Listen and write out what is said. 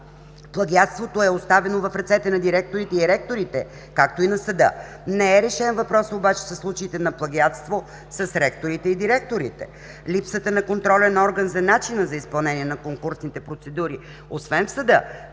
плагиатството е оставено в ръцете на директорите и ректорите, както и на съда. Не е решен въпросът обаче със случаите на плагиатство с ректорите и директорите, липсата на контролен орган за начина за изпълнение на конкурсните процедури, освен в съда,